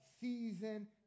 season